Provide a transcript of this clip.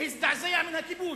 להזדעזע מן הכיבוש.